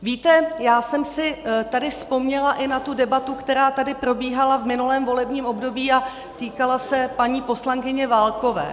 Víte, já jsem si tady vzpomněla i na tu debatu, která tady probíhala v minulém volebním období a týkala se paní poslankyně Válkové.